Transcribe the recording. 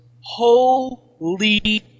Holy